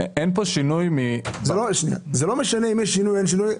אין כאן שינוי --- זה לא משנה אם יש שינוי או אין שינוי.